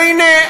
והנה,